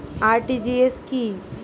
RTGS কি?